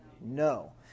no